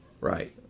Right